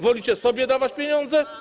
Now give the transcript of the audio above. Wolicie sobie dawać pieniądze?